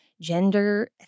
gender